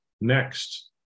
next